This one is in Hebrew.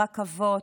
ברכבות,